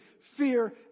fear